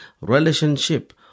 relationship